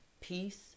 peace